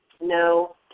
no